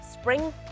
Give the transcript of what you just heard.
spring